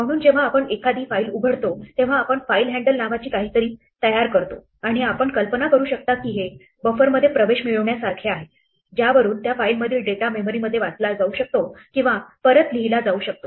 म्हणून जेव्हा आपण एखादी फाइल उघडतो तेव्हा आपण फाईल हँडल नावाची काहीतरी तयार करतो आणि आपण कल्पना करू शकता की हे बफरमध्ये प्रवेश मिळण्यासारखे आहे ज्यावरून त्या फाइलमधील डेटा मेमरीमध्ये वाचला जाऊ शकतो किंवा परत लिहीला जाऊ शकतो